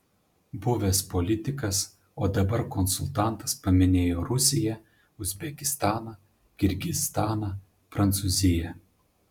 buvęs politikas o dabar konsultantas paminėjo rusiją uzbekistaną kirgizstaną prancūziją